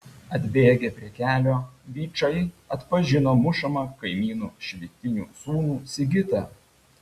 atbėgę prie kelio vyčai atpažino mušamą kaimynu švitinių sūnų sigitą